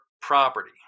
property